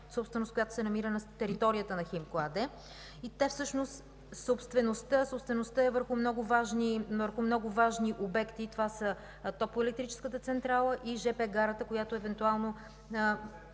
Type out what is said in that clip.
собственост, която се намира на територията на „Химко” АД. Всъщност собствеността е върху много важни обекти – това са топлоелектрическата централа и жп гарата. (Реплика от